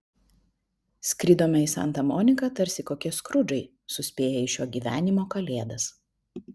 skridome į santa moniką tarsi kokie skrudžai suspėję į šio gyvenimo kalėdas